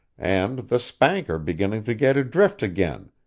and the spanker beginning to get adrift again,